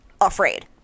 afraid